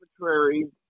arbitrary